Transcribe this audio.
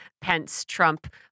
Pence-Trump